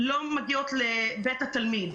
לא יכולים להגיע לבית התלמידים,